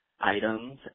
items